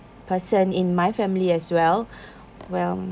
person in my family as well well